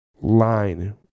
line